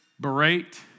berate